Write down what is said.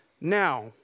now